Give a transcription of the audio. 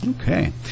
Okay